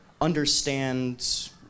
understand